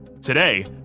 Today